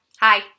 hi